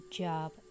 Job